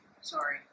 Sorry